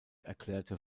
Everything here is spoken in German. erklärte